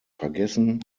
vergessen